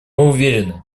уверены